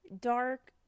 dark